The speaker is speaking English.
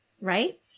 right